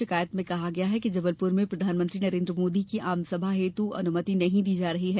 षिकायत में कहा गया है कि जबलपुर में प्रधानमंत्री नरेन्द्र मोदी की आमसभा हेत् अनुमति नहीं दी जा रही है